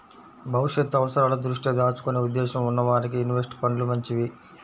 భవిష్యత్తు అవసరాల దృష్ట్యా దాచుకునే ఉద్దేశ్యం ఉన్న వారికి ఇన్వెస్ట్ ఫండ్లు మంచివి